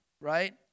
right